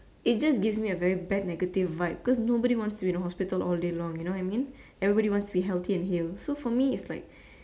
it just give me a very bad negative vibe cause nobody wants to be in a hospital all day long you know what I mean everybody wants to be healthy and hail so for me is like